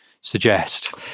suggest